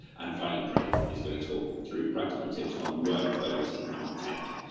and finally craig is going to talk through practical tips on workflows and tech.